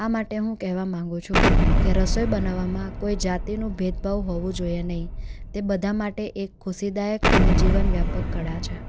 આ માટે હું કહેવા માંગું છું કે રસોઈ બનાવવામાં કોઈ જાતિનું ભેદભાવ હોવો જોઈએ નહીં તે બધા માટે એક ખુશીદાયક અને જીવનવ્યાપક કળા છે